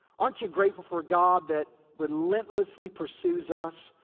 aren't you grateful for a god that relentlessly pursues us?